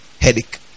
headache